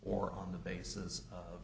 or on the basis of